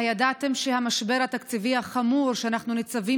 הידעתם שהמשבר התקציבי החמור שאנחנו ניצבים